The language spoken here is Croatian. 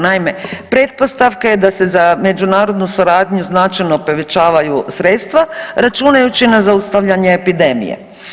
Naime, pretpostavka je da se za međunarodnu suradnju značajno povećavaju sredstva, računajući na zaustavljanje epidemije.